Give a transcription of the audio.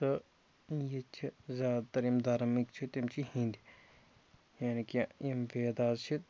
تہٕ یہِ چھِ زیادٕ تَر ییٚمہِ دَھرمٕکۍ چھِ تِم چھِ ہیٚنٛدۍ یعنی کہِ یِم ویداز چھِ